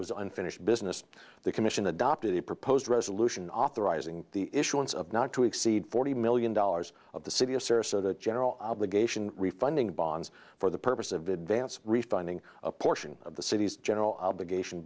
was unfinished business the commission adopted the proposed resolution authorizing the issuance of not to exceed forty million dollars of the city of sarasota general obligation refunding bonds for the purpose of the advance refunding a portion of the city's general obligation